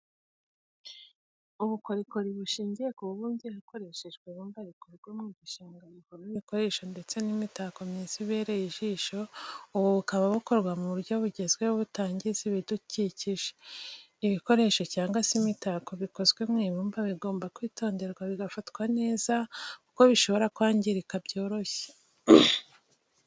Ubukorikori bushingiye ku bubumbyi hakoreshejwe ibumba rikurwa mu gishanga buvamo ibikoresho ndetse n'imitako myiza ibereye ijisho ubu bukaba bukorwa mu buryo bugezweho butangiza ibidukikije. ibikoresha cyangwa se imitako bikozwe mu ibumba bigomba kwitonderwa bigafatwa neza kuko bishobora kwangirika byoroshye.